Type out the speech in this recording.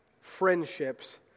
friendships